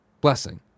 Blessing